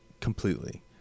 completely